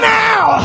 now